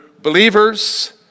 believers